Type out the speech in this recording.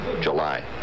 July